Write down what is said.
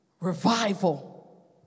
revival